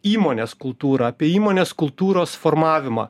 įmonės kultūrą apie įmonės kultūros formavimą